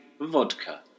Vodka